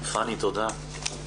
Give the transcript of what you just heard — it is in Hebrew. פני תודה.